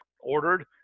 ordered